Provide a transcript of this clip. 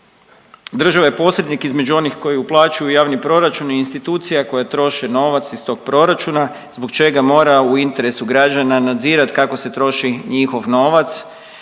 Država je posrednik između onih koji uplaćuju u javni proračun i institucija koje troše novac iz tog proračuna, zbog čega mora u interesu građana nadzirati kako se troši njihov novac,